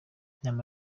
inama